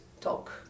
talk